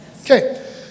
Okay